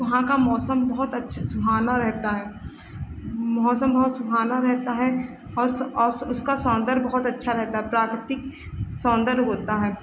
वहाँ का मौसम बहुत अच्छा सुहाना रहता है मौसम बहुत सुहाना रहता है और और उसका सौन्दर्य बहुत अच्छा रहता है प्राकृतिक सौन्दर्य होता है